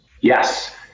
Yes